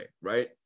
right